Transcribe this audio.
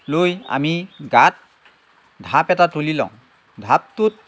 লৈ আমি গাঁত ঢাপ এটা তুলি লওঁ ঢাপটোত